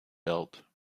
belt